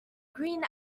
green